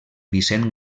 vicent